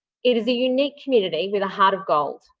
it is a unique community with a heart of gold.